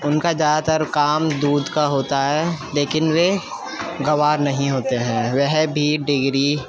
ان کا زیادہ تر کام دودھ کا ہوتا ہے لیکن وے گنوار نہیں ہوتے ہیں وہ بھی ڈگری